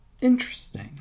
Interesting